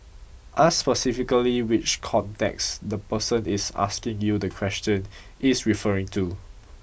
ask specifically which context the person is asking you the question is referring to